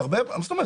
מה זאת אומרת?